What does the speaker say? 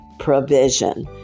provision